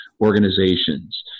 organizations